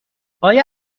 آیا